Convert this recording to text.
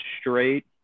straight